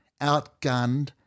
Outgunned